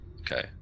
Okay